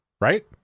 Right